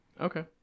Okay